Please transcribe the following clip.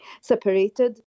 separated